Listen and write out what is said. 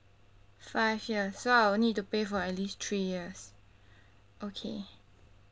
five years so I'll need to pay for at least three years okay